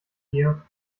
vier